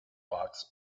box